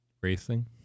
Racing